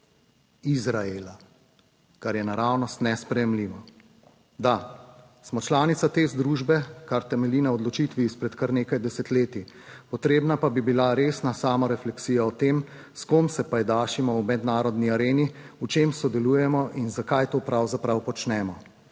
Izraela, kar je naravnost nesprejemljivo. Da. Smo članica te združbe, kar temelji na odločitvi izpred kar nekaj desetletij. Potrebna pa bi bila resna samorefleksija o tem, s kom se pajdašimo v mednarodni areni, v čem sodelujemo in zakaj to pravzaprav počnemo.